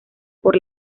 por